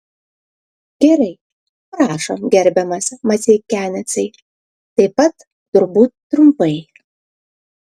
gerai prašom gerbiamas maceikianecai taip pat turbūt trumpai